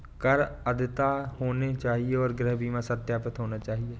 कर अद्यतित होने चाहिए और गृह बीमा सत्यापित होना चाहिए